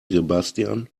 sebastian